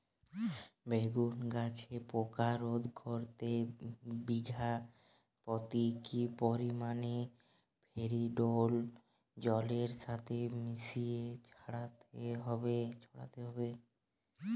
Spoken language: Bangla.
বেগুন গাছে পোকা রোধ করতে বিঘা পতি কি পরিমাণে ফেরিডোল জলের সাথে মিশিয়ে ছড়াতে হবে?